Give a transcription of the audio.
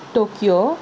Tokyo